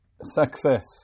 success